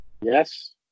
yes